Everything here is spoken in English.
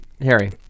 Harry